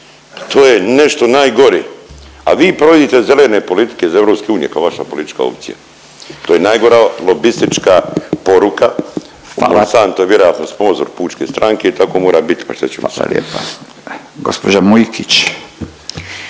to je nešto najgore, a vi provodite zelene politike iz EU kao vaša politička opcija. To je najgora lobistička poruka… …/Upadica Radin: Hvala./… …Monsanto je vjerojatno sponzor pučke stranke i tako mora bit, pa šta ćemo sad.